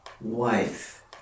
Wife